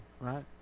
right